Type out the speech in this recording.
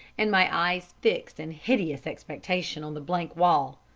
and my eyes fixed in hideous expectation on the blank wall.